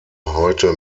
heute